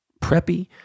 preppy